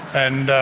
and